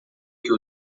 que